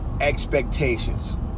expectations